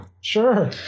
Sure